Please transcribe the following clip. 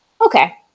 okay